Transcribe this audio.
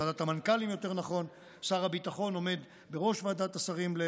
או יותר נכון את ועדת המנכ"לים.